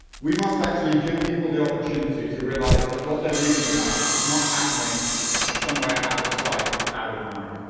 we must actually give people the opportunity to realize that what they're reading about is not happening somewhere out of sight, out of mind.